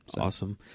Awesome